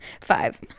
five